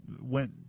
went